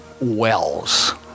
wells